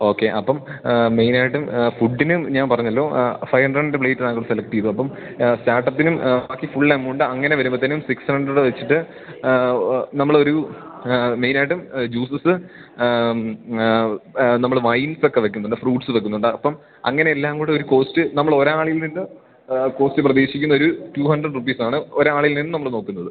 okay അപ്പം മെയ്നായിട്ടും ഫുഡിന് ഞാൻ പറഞ്ഞല്ലോ ഫൈവ് ഹൺഡ്രഡ്ൻ്റ പ്ലേറ്റ് താങ്കൾ സെലക്റ്റെ ചെയ്തു അപ്പം സ്റ്റാട്ടപ്പിനും ബാക്കി ഫുൾ എമൗണ്ട് അങ്ങനെ വരുമ്പോഴ്ത്തേനും സിക്സ് ഹൺഡ്രഡ് വെച്ചിട്ട് നമ്മൾ ഒരു മെയ്നായിട്ടും ജ്യൂസ്സ് നമ്മൾ വൈൻസൊക്ക വെക്കുന്നുണ്ട് ഫ്രൂട്ട്സ് വെക്കുന്നുണ്ട് അപ്പം അങ്ങനെ എല്ലാം കൂടൊരു കോസ്റ്റ് നമ്മൾ ഒരാളിൽ നിന്ന് കോസ്റ്റ് പ്രതീക്ഷിക്കുന്നൊരു ടൂ ഹൺഡ്രഡ് റുപ്പീസാണ് ഒരാളിൽ നിന്ന് നമ്മൾ നോക്കുന്നത്